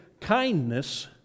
kindness